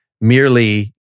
merely